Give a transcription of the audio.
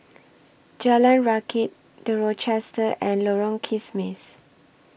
Jalan Rakit The Rochester and Lorong Kismis